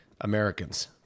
Americans